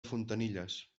fontanilles